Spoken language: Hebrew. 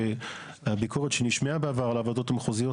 שהביקורת שנשמעה בעבר על הוועדות המחוזיות,